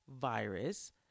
virus